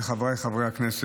חבריי חברי הכנסת,